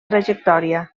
trajectòria